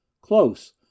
Close